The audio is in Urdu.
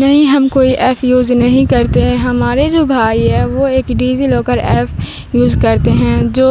نہیں ہم کوئی ایف یوز نہیں کرتے ہیں ہمارے جو بھائی ہے وہ ایک ڈیجی لاکر ایف یوز کرتے ہیں جو